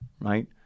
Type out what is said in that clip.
right